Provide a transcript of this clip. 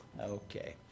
Okay